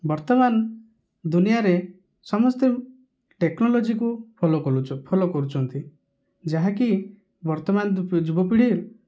ବର୍ତ୍ତମାନ ଦୁନିଆଁରେ ସମସ୍ତେ ଟେକ୍ନୋଲୋଜିକୁ ଫଲୋ କଲୁ ଫଲୋ କରୁଛନ୍ତି ଯାହାକି ବର୍ତ୍ତମାନ ଯୁବ ପିଢ଼ି